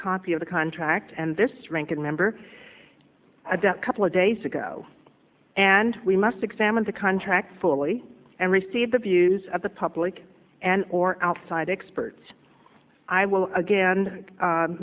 copy of the contract and this ranking member couple of days ago and we must examine the contract fully and receive the views of the public and or outside experts i will again